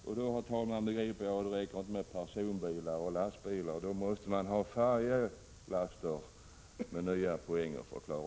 Då begriper jag att det inte räcker med personbilar och lastbilar, utan då behöver man hela färjelaster med poänger.